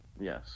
yes